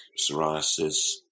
psoriasis